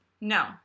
No